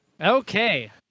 Okay